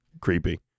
creepy